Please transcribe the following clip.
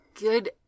good